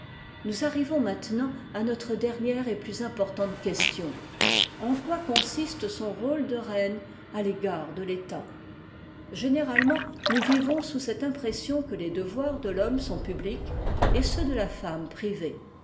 nous arrivons maintenant à notre dernière et plus importante question en quoi consiste son rôle de reine àl'égard de l'etat généralement nous vivons sous cette impression que les devoirs de l'hojmme sont publics et ceux de la femme privés